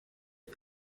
the